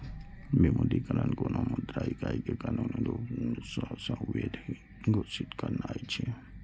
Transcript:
विमुद्रीकरण कोनो मुद्रा इकाइ कें कानूनी रूप सं अवैध घोषित करनाय छियै